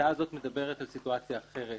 ההצעה הזאת מדברת על סיטואציה אחרת,